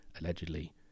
Allegedly